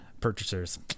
purchasers